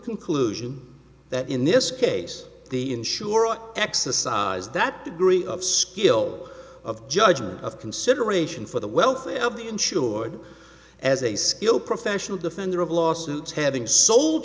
conclusion that in this case the insurer exercise that degree of skill of judgment of consideration for the welfare of the insured as a skilled professional defender of lawsuits having sol